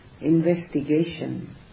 investigation